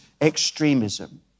extremism